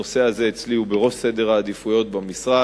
הנושא הזה הוא אצלי בראש סדר העדיפות במשרד.